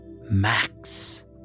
Max